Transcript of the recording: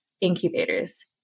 incubators